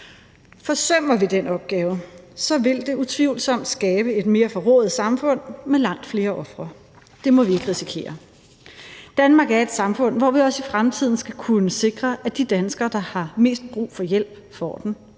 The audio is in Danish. Forsømmer vi den opgave, vil det utvivlsomt skabe et mere forrået samfund med langt flere ofre. Det må vi ikke risikere. Danmark er et samfund, hvor vi også i fremtiden skal kunne sikre, at de danskere, der har mest brug for hjælp, får den.